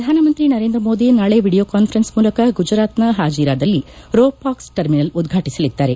ಪ್ರಧಾನಮಂತ್ರಿ ನರೇಂದ್ರ ಮೋದಿ ನಾಳೆ video conference ಮೂಲಕ ಗುಜರಾತ್ನ ಹಾಜೀರಾದಲ್ಲಿ ರೋ ಪಾಕ್ಸ್ ಟರ್ಮಿನಲ್ ಉದ್ವಾಟಸಲಿದ್ದಾರೆ